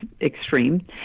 extreme